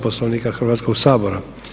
Poslovnika Hrvatskoga sabora.